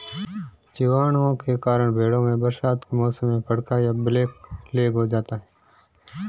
जीवाणुओं के कारण भेंड़ों में बरसात के मौसम में फड़का या ब्लैक लैग हो जाता है